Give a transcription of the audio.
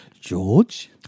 George